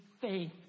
faith